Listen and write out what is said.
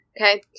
Okay